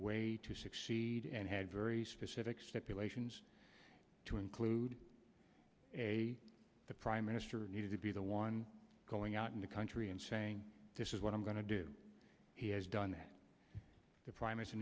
way to succeed and had very specific stipulations to include a the prime minister needed to be the one going out in the country and saying this is what i'm going to do he has done that the prim